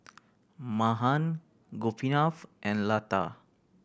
Mahan Gopinath and Lata